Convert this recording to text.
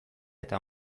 eta